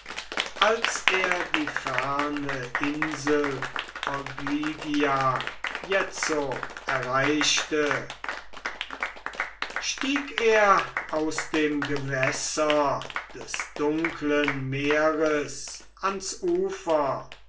als er die ferne insel ogygia jetzo erreichte stieg er aus dem gewässer des dunklen meeres ans ufer